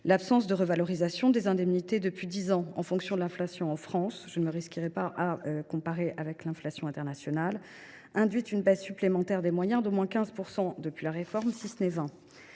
L’absence de revalorisation des indemnités depuis dix ans en fonction de l’inflation en France – je ne me risquerai pas à prendre en compte l’inflation internationale – induit une baisse supplémentaire des moyens d’au moins 15 % depuis la réforme, voire de 20 %.